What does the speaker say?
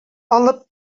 алып